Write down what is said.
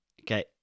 okay